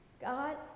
God